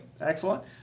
Excellent